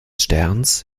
sterns